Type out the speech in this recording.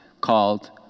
called